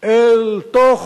אל תוך